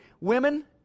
Women